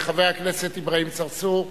חבר הכנסת אברהים צרצור,